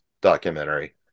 documentary